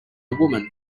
woman